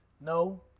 No